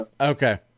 Okay